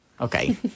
Okay